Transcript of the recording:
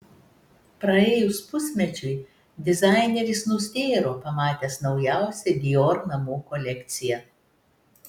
praėjus pusmečiui dizaineris nustėro pamatęs naujausią dior namų kolekciją